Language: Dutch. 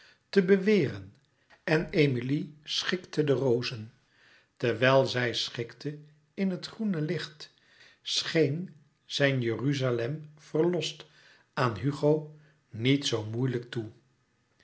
te beweren en emilie schikte de rozen terwijl zij schikte in het groene licht scheen zijn jeruzalem verlost aan hugo niet zoo moeilijk toe